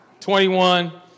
21